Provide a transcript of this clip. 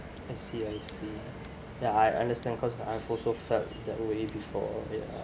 I see I see that I understand cause I've also felt that way before ya